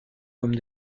comme